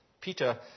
Peter